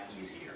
easier